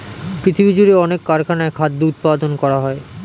পৃথিবীজুড়ে অনেক কারখানায় খাদ্য উৎপাদন করা হয়